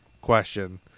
question